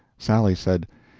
sally said,